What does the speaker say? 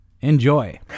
Enjoy